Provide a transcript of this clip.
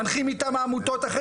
מנחים מטעם העמותות,